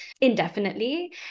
indefinitely